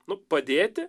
nu padėti